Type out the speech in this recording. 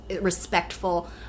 respectful